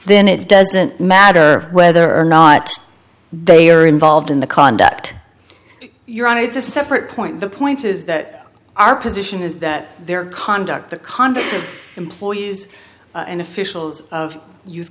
then it doesn't matter whether or not they are involved in the conduct you're on it's a separate point the point is that our position is that their conduct the conduct of employees and officials of youth